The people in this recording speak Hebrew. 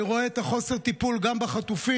אני רואה את חוסר הטיפול גם בחטופים,